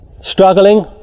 struggling